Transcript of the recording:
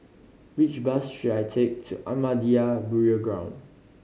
which bus should I take to Ahmadiyya Burial Ground